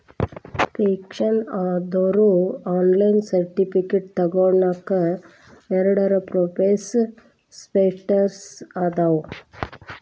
pension ಆದೋರು online certificate ತೊಗೋನಕ ಎರಡ ಪ್ರೋಸೆಸ್ ಸ್ಟೆಪ್ಸ್ ಅದಾವ